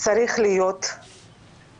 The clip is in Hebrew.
צריך להיות הסדר.